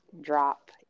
drop